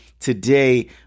Today